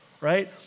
Right